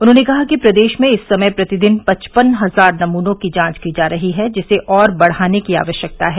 उन्होंने कहा कि प्रदेश में इस समय प्रतिदिन पचपन हजार नमूनों की जांच की जा रही है जिसे और बढ़ाने की आवश्यकता है